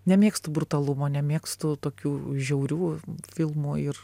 nemėgstu brutalumo nemėgstu tokių žiaurių filmų ir